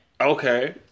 Okay